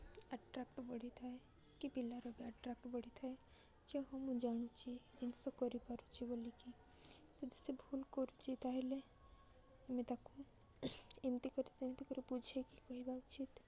attract ବଢ଼ିଥାଏ କି ପିଲାର ବି ଆଟ୍ରାକ୍ଟ ବଢ଼ିଥାଏ ଯ ହଁ ମୁଁ ଜାଣୁଛି ଜିନିଷ କରିପାରୁଛି ବୋଲିକି ଯଦି ସେ ଭୁଲ କରୁଛି ତା'ହେଲେ ଆମେ ତାକୁ ଏମିତି କରି ସେମିତି କରି ବୁଝାଇକି କହିବା ଉଚିତ୍